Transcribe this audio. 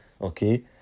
okay